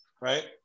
right